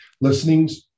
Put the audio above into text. listenings